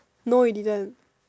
no we didn't